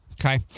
Okay